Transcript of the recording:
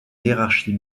hiérarchie